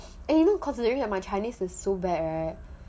even considering that my chinese is so bad right